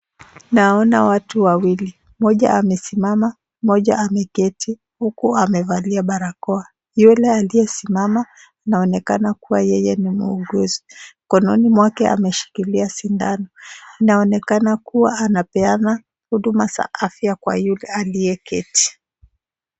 Naona watu wawili. Moja amesimama moja ameketi huku amevalia barakoa. Yule aliyesimama anaonekana kuwa yeye ni mwuguzi, mkononi mwake ameshikilia sindano. Anaonekana kuwa anapeana huduma za afya kwa yule aliyeketi.